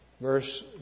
Verse